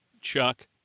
Chuck